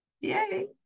yay